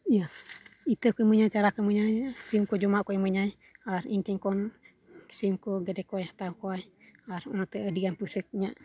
ᱤᱭᱟᱹ ᱤᱛᱟᱹᱠᱚ ᱤᱢᱟᱹᱧᱟᱭ ᱪᱟᱨᱟᱠᱚ ᱤᱢᱟᱹᱧᱟᱭ ᱥᱤᱢᱠᱚ ᱡᱚᱯᱢᱟᱜ ᱠᱚ ᱤᱢᱟᱹᱧᱟᱭ ᱟᱨ ᱤᱧᱴᱷᱮᱱ ᱠᱷᱚᱱ ᱥᱤᱢᱠᱚ ᱜᱮᱰᱮᱠᱚᱭ ᱦᱟᱛᱟᱣ ᱠᱚᱣᱟᱭ ᱟᱨ ᱚᱱᱟᱛᱮ ᱟᱹᱰᱤᱜᱟᱱ ᱯᱩᱭᱥᱟᱹᱠᱚ ᱤᱧᱟᱜ